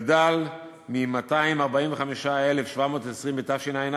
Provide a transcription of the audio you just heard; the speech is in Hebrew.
גדל מ-245,720 בתשע"א